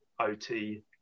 OT